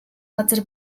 газар